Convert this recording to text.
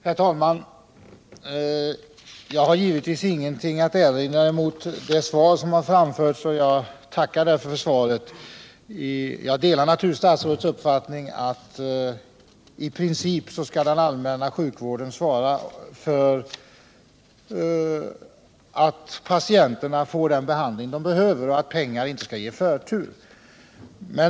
Herr talman! Jag har givetvis ingenting att erinra emot det svar som har lämnats, och jag tackar därför statsrådet för det. Jag delar naturligtvis socialministerns uppfattning att den allmänna sjukvården i princip skall svara för att patienterna får den behandling de behöver och att pengar inte skall ge förtur.